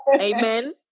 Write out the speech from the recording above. Amen